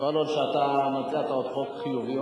כל עוד אתה מציע הצעות חוק חיוביות,